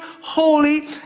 holy